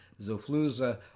Zofluza